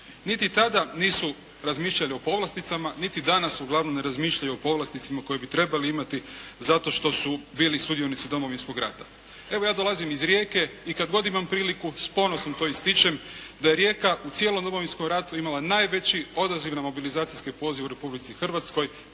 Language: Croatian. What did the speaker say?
Niti tada nisu razmišljali o povlasticama, niti danas uglavnom ne razmišljaju o povlasticama koje bi trebali imati zato što su bili sudionici Domovinskog rata. Evo ja dolazim iz Rijeke i kad god imam priliku s ponosom to ističem da je Rijeka u cijelom Domovinskom ratu imala najveći odaziv na mobilizacijski poziv u Republici Hrvatskoj.